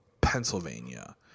Pennsylvania